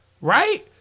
Right